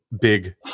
big